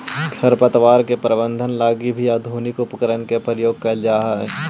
खरपतवार के प्रबंधन लगी भी आधुनिक उपकरण के प्रयोग कैल जा हइ